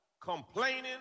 complaining